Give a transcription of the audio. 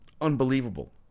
Unbelievable